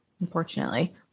unfortunately